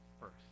first